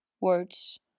words